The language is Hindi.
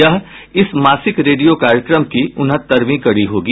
यह इस मासिक रेडियो कार्यक्रम की उनहत्तरवीं कड़ी होगी